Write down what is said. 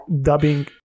dubbing